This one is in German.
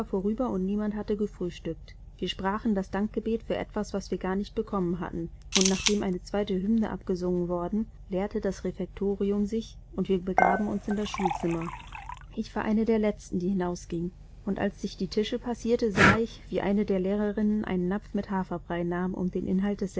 vorüber und niemand hatte gefrühstückt wir sprachen das dankgebet für etwas was wir gar nicht bekommen hatten und nachdem eine zweite hymne abgesungen worden leerte das refektorium sich und wir begaben uns in das schulzimmer ich war eine der letzten die hinausging und als ich die tische passierte sah ich wie eine der lehrerinnen einen napf mit haferbrei nahm um den inhalt desselben